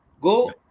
go